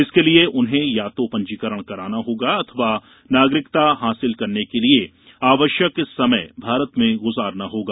इसके लिए उन्हें या तो पंजीकरण कराना होगा अथवा नागरिकता हासिल करने के लिए आवश्यक समय भारत में गुजारना होगा